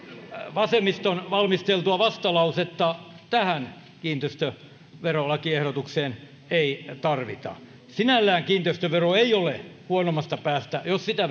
vasemmiston valmisteltua vastalausetta tähän kiinteistöverolakiehdotukseen ei tarvita sinällään kiinteistövero ei ole huonoimmasta päästä jos sitä